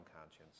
conscience